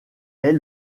est